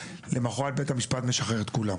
למוחרת בית המשפט משחרר את כולם.